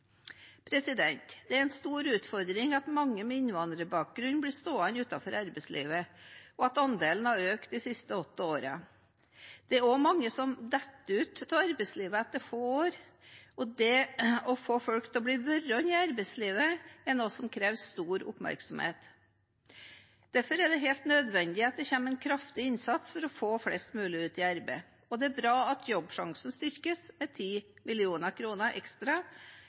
Det er en stor utfordring at mange med innvandrerbakgrunn blir stående utenfor arbeidslivet, og at andelen har økt de siste åtte årene. Det er også mange som detter ut av arbeidslivet etter få år, og det å få folk til å bli værende i arbeidslivet er noe som krever stor oppmerksomhet. Derfor er det helt nødvendig at det kommer en kraftig innsats for å få flest mulig ut i arbeid. Det er bra at Jobbsjansen styrkes med 10 mill. kr ekstra